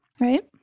Right